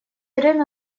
время